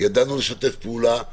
ידענו לשתף פעולה,